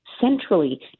centrally